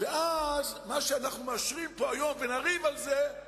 ואז מה שאנחנו מאשרים פה היום ונריב על זה,